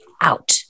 out